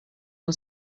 mhu